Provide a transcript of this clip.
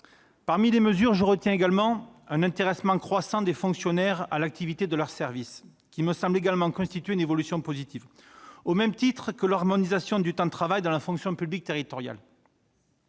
la défendre. Je retiens également un intéressement croissant des fonctionnaires à l'activité de leur service, qui me semble constituer une évolution positive, au même titre que l'harmonisation du temps de travail dans la fonction publique territoriale.